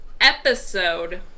episode